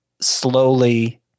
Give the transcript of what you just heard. slowly